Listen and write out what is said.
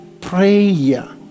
prayer